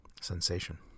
sensation